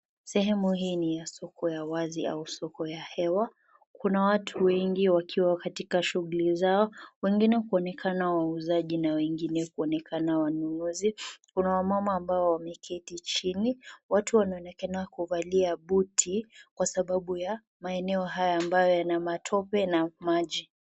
Sehemu hii ni ya soko ya wazi au soko ya hewa. Kuna watu wengi wakiwa katika shughuli zao. Wengine kuonekana wauzaji na wengine kuonekana wanunuzi. Kuna wamama ambao wameketi chini. Watu wanaonekana kuvalia buti kwa sababu ya maeneo haya ambayo yana matope na maji.